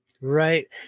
Right